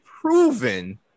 proven